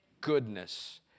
goodness